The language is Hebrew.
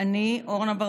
למגן אברהם,